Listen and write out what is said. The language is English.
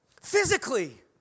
Physically